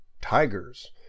tigers